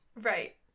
Right